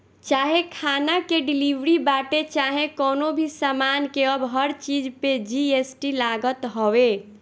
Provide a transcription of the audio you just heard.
चाहे खाना के डिलीवरी बाटे चाहे कवनो भी सामान के अब हर चीज पे जी.एस.टी लागत हवे